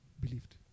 believed